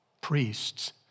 Priests